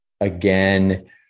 again